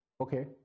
Okay